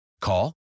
Call